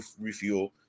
refuel